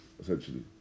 essentially